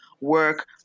work